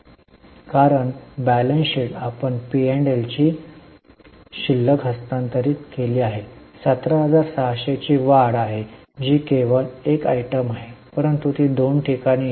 कारण ताळेबंद आपण पी आणि एलची शिल्लक हस्तांतरित केली आहे जी 17600 ची वाढ आहे जी केवळ एक आयटम आहे परंतु ती दोन ठिकाणी येते